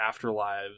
afterlives